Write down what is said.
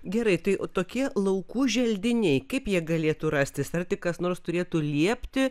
gerai tai tokie laukų želdiniai kaip jie galėtų rastis ar tik kas nors turėtų liepti